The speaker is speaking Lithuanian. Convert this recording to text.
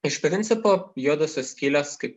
iš principo juodosios skylės kaip